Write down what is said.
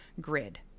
grid